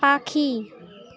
পাখি